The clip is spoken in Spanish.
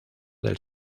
del